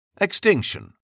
Extinction